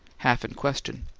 half in question.